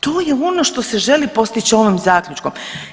To je ono što se želi postići ovim zaključkom.